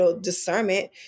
discernment